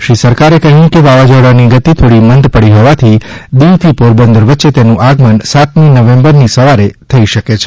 શ્રી સરકારે કહ્યું છે કે વાવાઝોડાની ગતિ થોડી મંદ પડી હોવાથી દિવથી પોરબંદર વચ્ચે તેનું આગમન સાતમી નવેમ્બરની સવારે થઇ શકે છે